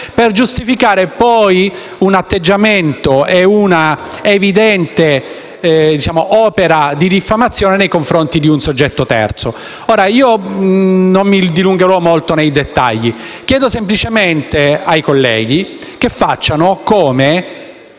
per giustificare poi un atteggiamento e una evidente opera di diffamazione nei confronti di un soggetto terzo. Ora, io non mi dilungherò molto nei dettagli. Chiedo semplicemente ai colleghi che facciano come